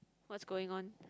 what's going on